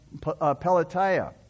Pelatiah